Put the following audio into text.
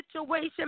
situation